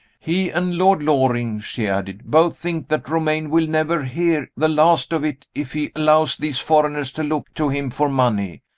he and lord loring, she added, both think that romayne will never hear the last of it if he allows these foreigners to look to him for money.